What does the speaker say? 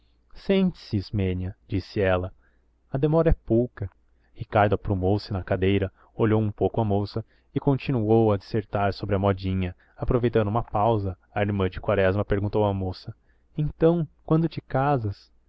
senta-te ismênia disse ela a demora é pouca ricardo aprumou se na cadeira olhou um pouco a moça e continuou a dissertar sobre a modinha aproveitando uma pausa a irmã de quaresma perguntou à moça então quando te casas